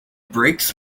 brakes